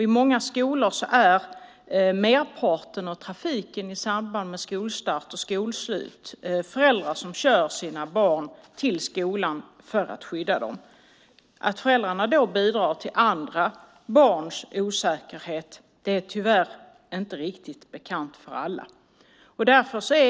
I många skolor består merparten av biltrafiken i samband med skolstart och skolslut av föräldrar som skjutsar sina barn för att skydda dem. Att föräldrarna då bidrar till andra barns osäkerhet är tyvärr inte bekant för alla.